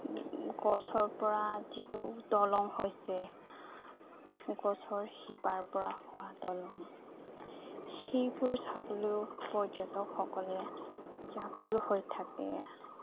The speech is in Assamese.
গছৰপৰা যিটো দলং হৈছে গছৰ শিপাৰপৰা হোৱা দলং সেইবোৰ চাবলৈও পৰ্যটকসকলে ব্যাকুল হৈ থাকে